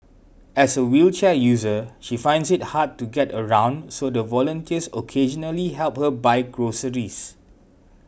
as a wheelchair user she finds it hard to get around so the volunteers occasionally help her buy groceries